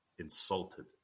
insulted